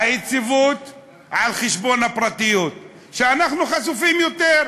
היציבות היא על חשבון הפרטיות, אנחנו חשופים יותר,